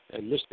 Mr